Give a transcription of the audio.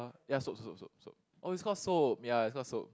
ya ya soap soap soap soap oh it's called soap ya it's call soap